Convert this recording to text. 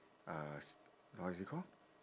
uh s~ what is it called